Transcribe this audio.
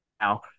now